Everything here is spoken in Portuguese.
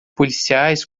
policiais